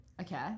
Okay